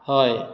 हय